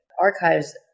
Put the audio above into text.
archives